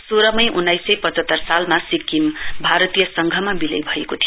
सोह्र मई उन्नाइस यस पचहत्तर सालमा सिक्किम भारतीय संघमा विलय भएको थियो